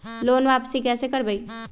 Loan वापसी कैसे करबी?